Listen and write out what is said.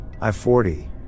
I-40